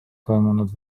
toimunud